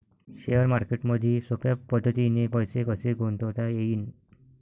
Share मार्केटमधी सोप्या पद्धतीने पैसे कसे गुंतवता येईन?